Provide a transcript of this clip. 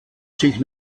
sich